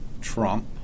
Trump